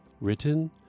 Written